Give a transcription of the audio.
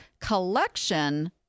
collection